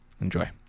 Enjoy